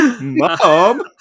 mom